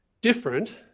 different